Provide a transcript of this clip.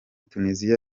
tunisia